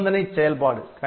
நிபந்தனை செயல்பாடு